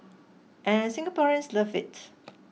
and Singaporeans love it